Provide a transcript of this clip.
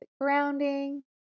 grounding